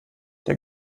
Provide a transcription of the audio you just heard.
der